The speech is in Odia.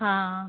ହଁ